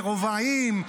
לרבעים,